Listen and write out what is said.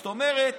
זאת אומרת,